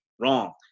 wrong